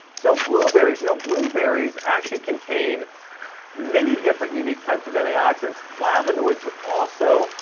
so blueberries. you know blueberries actually contain many different unique types of antioxidants, flavonoids, but also,